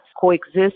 coexist